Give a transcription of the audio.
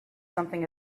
something